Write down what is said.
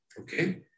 Okay